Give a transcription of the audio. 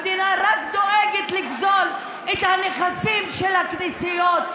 המדינה רק דואגת לגזול את הנכסים של הכנסיות,